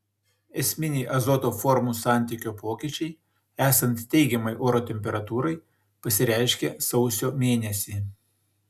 esminiai azoto formų santykio pokyčiai esant teigiamai oro temperatūrai pasireiškia sausio mėnesį